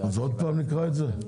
אז נקרא את זה עוד פעם?